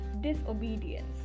disobedience